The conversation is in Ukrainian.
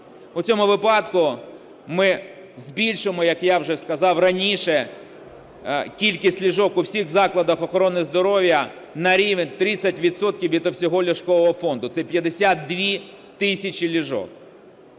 В цьому випадку ми збільшимо, як я вже сказав раніше, кількість ліжок у всіх закладах охорони здоров'я на рівень 30 відсотків від всього ліжкового фонду. Це 52 тисячі ліжок.